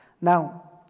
now